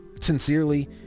Sincerely